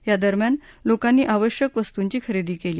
या दरम्यान लोकांनी आवश्यक वस्तूंची खरेदी केली